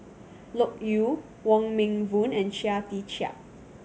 Loke Yew Wong Meng Voon and Chia Tee Chiak